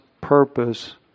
purpose